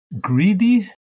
greedy